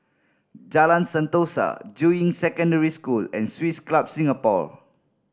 Jalan Sentosa Juying Secondary School and Swiss Club Singapore